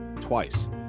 twice